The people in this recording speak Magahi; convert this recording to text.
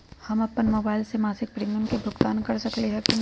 हम अपन मोबाइल से मासिक प्रीमियम के भुगतान कर सकली ह की न?